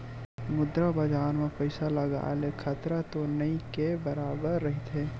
मुद्रा बजार म पइसा लगाय ले खतरा तो नइ के बरोबर रहिथे